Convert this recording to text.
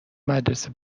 مدرسه